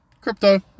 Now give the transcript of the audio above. crypto